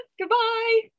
Goodbye